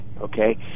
okay